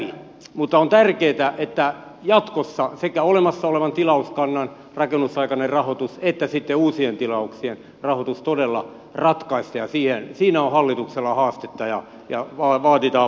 mutta on tärkeätä että jatkossa sekä olemassa olevan tilauskannan rakennusaikainen rahoitus että sitten uusien tilauksien rahoitus todella ratkaistaan ja siinä on hallituksella haastetta ja vaaditaan päättäväisyyttä